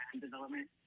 development